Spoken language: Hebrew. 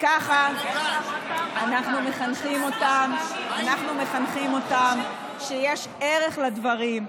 וככה אנחנו מחנכים אותם שיש ערך לדברים,